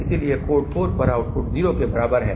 इसलिए पोर्ट 4 पर आउटपुट 0 के बराबर है